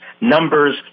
Numbers